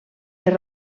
per